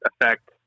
affect